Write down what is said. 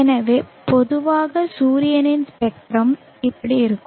எனவே பொதுவாக சூரியனின் ஸ்பெக்ட்ரம் இப்படி இருக்கும்